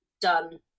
done